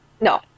No